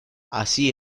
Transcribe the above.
así